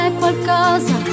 qualcosa